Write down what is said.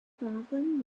verfahren